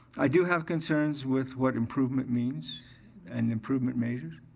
i do have concerns with what improvement means and improvement measures.